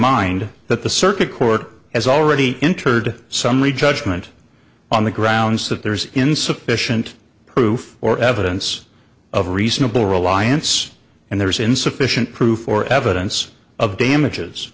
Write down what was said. mind that the circuit court has already entered summary judgment on the grounds that there's insufficient proof or evidence of reasonable reliance and there is insufficient proof or evidence of damages